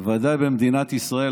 בוודאי במדינת ישראל,